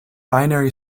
binary